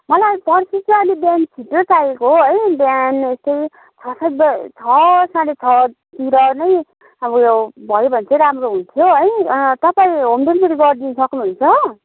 मलाई पर्सि चाहिँ अलिक बिहान छिट्टै चाहिएको हो है बिहान यस्तै छ सात ब छ साँढे छतिर नै अब उयो भयो भने चाहिँ राम्रो हुन्थ्यो है तपाईँ होम डेलिभेरी गरिदिनु सक्नुहुन्छ